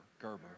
Gerber